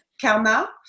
karma